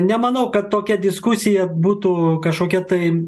nemanau kad tokia diskusija būtų kažkokia tai